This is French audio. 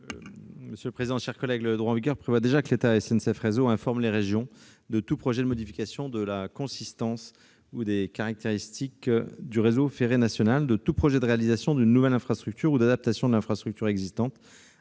Quel est l'avis de la commission ? Le droit en vigueur prévoit déjà que l'État et SNCF Réseau informent les régions de tous projets de modification de la consistance ou des caractéristiques du réseau ferré national, de tous projets de réalisation d'une nouvelle infrastructure ou d'adaptation de l'infrastructure existante,